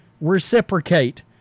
reciprocate